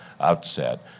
outset